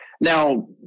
Now